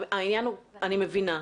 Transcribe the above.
אני מבינה.